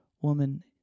Woman